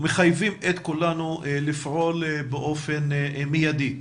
מחייבים את כולנו לפעול באופן מיידי,